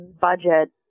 budget